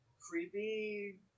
creepy